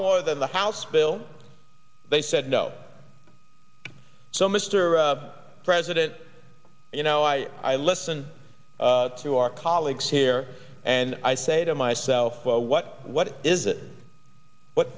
more than the house bill they said no so mr president you know i i listen to our colleagues here and i say to myself what what is it what